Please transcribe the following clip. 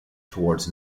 towards